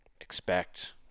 expect